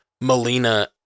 melina